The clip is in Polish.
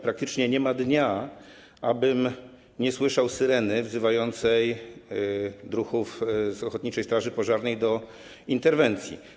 Praktycznie nie ma dnia, abym nie słyszał syreny wzywającej druhów z ochotniczej straży pożarnej do interwencji.